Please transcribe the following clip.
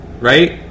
Right